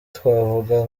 twavuga